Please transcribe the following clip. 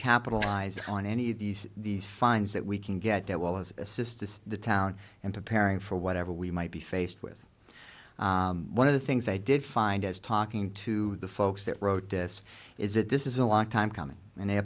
capitalize on any of these these fines that we can get that will as assisting the town and preparing for whatever we might be faced with one of the things i did find as talking to the folks that wrote this is that this is a long time coming and